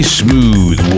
smooth